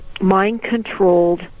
mind-controlled